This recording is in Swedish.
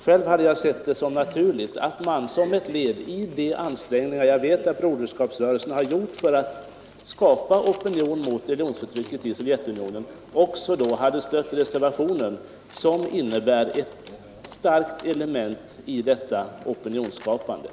Själv hade jag sett det som naturligt att Broderskapsrörelsens representanter som ett led i de ansträngningar jag vet att man gjort för att skapa opinion mot religionsförtrycket i Sovjetunionen också hade stött denna reservation som i sig också är ett viktigt led i denna opinionsbildning.